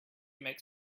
makes